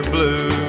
Blue